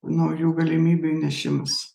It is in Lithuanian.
naujų galimybių įnešimas